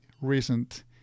recent